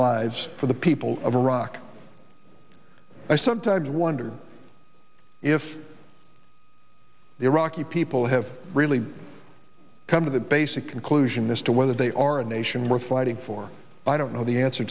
lives for the people of iraq i sometimes wondered if the iraqi people have really come to the basic conclusion as to whether they are a nation worth fighting for i don't know the answer